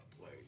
play